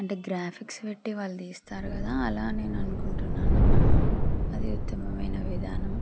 అంటే గ్రాఫిక్స్ పెట్టి వాళ్ళు తీస్తారు కదా అలా నేను అనుకుంటున్నాను అది ఉత్తమమైన విధానం